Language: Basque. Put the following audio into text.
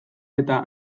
eta